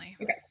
Okay